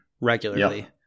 regularly